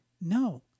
no